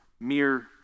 mere